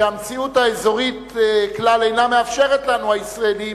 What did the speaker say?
שהמציאות האזורית כלל אינה מאפשרת לנו, הישראלים,